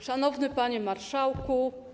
Szanowny Panie Marszałku!